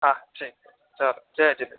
हा ठीकु चलो जय झूलेलाल